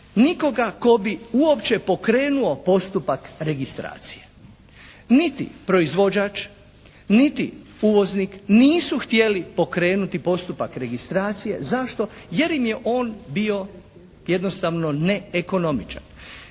nikoga tko bi uopće pokrenuo postupak registracije. Niti proizvođač, niti uvoznik nisu htjeli pokrenuti postupak registracije. Zašto? Jer im je on bio jednostavno neekonomičan.